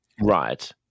right